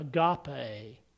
agape